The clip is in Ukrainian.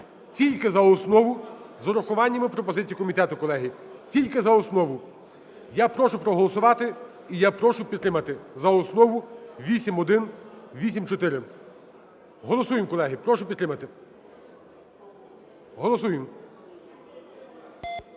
Тільки за основу, з урахуваннями пропозицій комітету, колеги. Тільки за основу. Я прошу проголосувати і я прошу підтримати за основу 8184. Голосуємо, колеги. Прошу підтримати. Голосуємо!